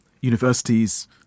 universities